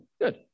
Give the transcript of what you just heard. good